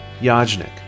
Yajnik